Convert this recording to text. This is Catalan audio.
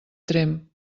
tremp